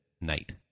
night